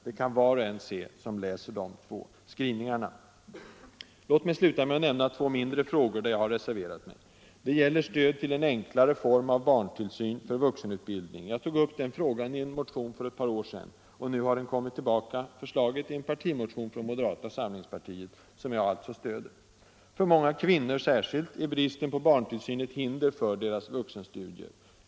Det kan var och en se som läser dessa skrivningar. Låt mig sluta med att nämna två mindre frågor, där jag har reserverat mig. Det gäller stöd till en enklare form av barntillsyn för vuxenutbildning. Jag tog upp den frågan i en motion för ett par år sedan. Nu har förslaget återkommit i en partimotion från moderata samlingspartiet, vilken jag alltså stöder. Särskilt för många kvinnor är bristen på barntillsyn ett hinder för vuxenstudier.